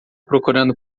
procurando